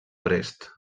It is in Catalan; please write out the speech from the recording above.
brest